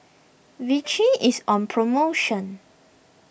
Vichy is on promotion